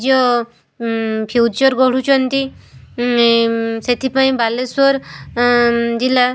ନିଜ ଫ୍ୟୁଚର୍ ଗଢ଼ୁଛନ୍ତି ସେଥିପାଇଁ ବାଲେଶ୍ଵର ଜିଲ୍ଲା